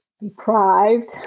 deprived